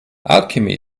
alchemy